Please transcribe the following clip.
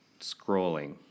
scrolling